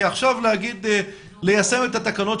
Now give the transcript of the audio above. עכשיו לומר שצריך ליישם את התקנות,